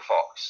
Fox